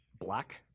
Black